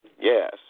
Yes